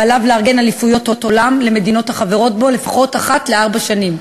ועליו לארגן אליפויות עולם למדינות החברות בו לפחות אחת לארבע שנים.